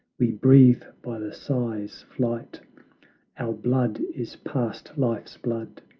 we breathe by the sigh's flight our blood is past life's blood,